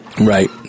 Right